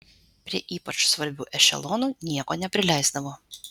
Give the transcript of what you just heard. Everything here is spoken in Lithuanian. prie ypač svarbių ešelonų nieko neprileisdavo